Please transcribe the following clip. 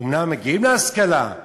אומנם מגיעים להשכלה,